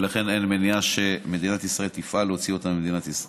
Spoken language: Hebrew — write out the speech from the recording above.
ולכן אין מניעה שמדינת ישראל תפעל להוציא אותם מגבולותיה,